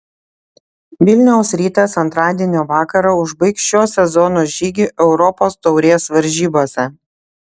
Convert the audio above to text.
vilniaus rytas antradienio vakarą užbaigs šio sezono žygį europos taurės varžybose